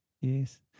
yes